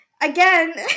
Again